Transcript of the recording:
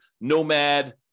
Nomad